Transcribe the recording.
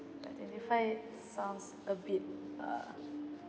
like twenty-five sounds a bit err